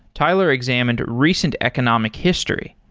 tyler examined recent economic history.